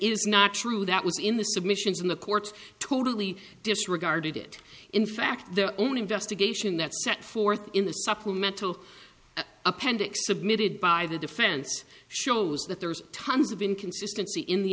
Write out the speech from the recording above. is not true that was in the submissions in the courts totally disregarded it in fact the only investigation that set forth in the supplemental appendix submitted by the defense shows that there's tons of inconsistency in the in